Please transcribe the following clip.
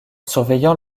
surveillant